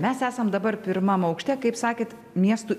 mes esam dabar pirmam aukšte kaip sakėt miestų